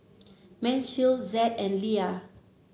Mansfield Zed and Leah